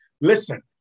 Listen